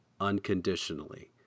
unconditionally